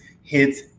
hits